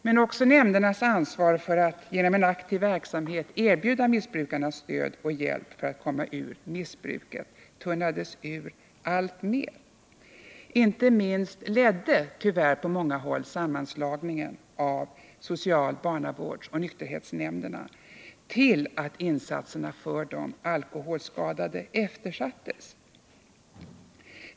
Men också nämndernas ansvar för att genom en aktiv verksamhet erbjuda missbrukarna stöd och hjälp för att komma ur missbruket tunnades ur alltmer. Inte minst ledde tyvärr på många håll sammanslagningen av social-, barnavårdsoch nykterhetsnämnderna till att insatserna för de alkoholskadade eftersattes.